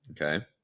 Okay